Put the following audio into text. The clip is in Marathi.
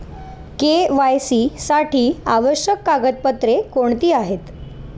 के.वाय.सी साठी आवश्यक कागदपत्रे कोणती आहेत?